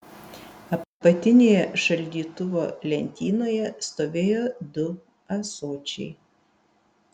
apatinėje šaldytuvo lentynoje stovėjo du ąsočiai